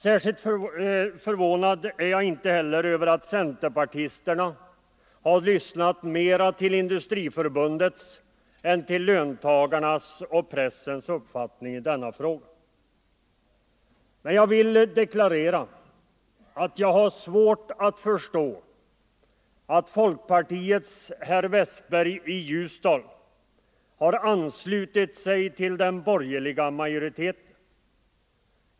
Särskilt förvånad är jag inte heller över att centerpartisterna har lyssnat mera till Industriförbundet än till löntagarnas och pressens uppfattning i denna fråga. Men jag vill deklarera att jag har svårt att förstå att folkpartisten herr Westberg i Ljusdal har anslutit sig till den borgerliga majoriteten.